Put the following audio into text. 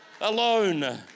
alone